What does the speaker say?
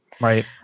Right